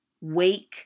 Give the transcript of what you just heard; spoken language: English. Wake